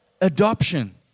adoption